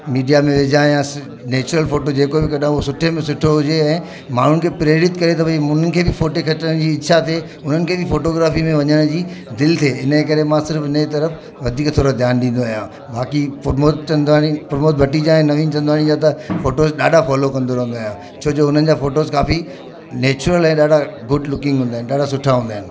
media में विझा या नैचुरल फोटो जेको बि कढा उहो सुठे में सुठो हुजे ऐं माण्हुनि खे प्रेरित करे थो भई हुननि खे बि फ़ोटे खिचण जी इछा थिए हुननि खे बि फोटोग्राफी में वञण जी दिलि थिए हिन जे करे मां सिर्फ़ु हिन ई तरफ़ वधीक थोरो ध्यानु ॾींदो आहियां बाक़ी प्रमोद चंदवाणी प्रमोद भटीजा ऐं नवीन चंदाणी जा त फोटोज़ ॾाढा फॉलो कंदो रहंदो आहियां छोजो हुननि जा फोटोज़ काफ़ी नैचुरल ऐं ॾाढा गुड लुकिंग हूंदा आहिनि ॾाढा सुठा हूंदा आहिनि